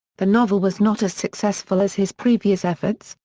the novel was not as successful as his previous efforts,